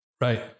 Right